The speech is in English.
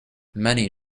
many